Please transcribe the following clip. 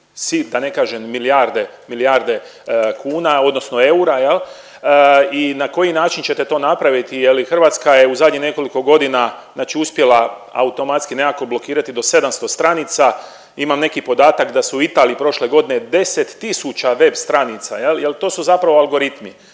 milijarde, milijarde kuna odnosno eura jel. I na koji način ćete to napraviti je li Hrvatska je u zadnjih nekoliko godina znači uspjela automatski nekako blokirati do 700 stranica. Imam neki podatak da su u Italiji prošle godine 10 tisuća web stranica jel. Jer to su zapravo algoritmi